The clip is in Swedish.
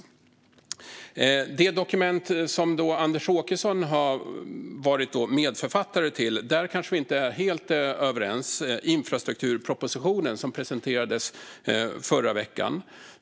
När det gäller det dokument som Anders Åkesson har varit medförfattare till är vi kanske inte helt överens. Det är infrastrukturpropositionen, som presenterades i förra veckan.